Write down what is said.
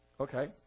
Okay